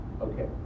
Okay